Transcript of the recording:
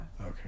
Okay